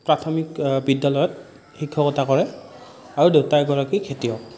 প্ৰাথমিক বিদ্যালয়ত শিক্ষকতা কৰে আৰু দেউতা এগৰাকী খেতিয়ক